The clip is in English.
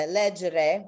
leggere